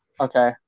okay